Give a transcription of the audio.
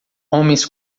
homens